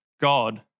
God